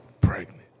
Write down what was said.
Pregnant